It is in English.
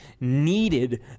needed